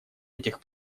этих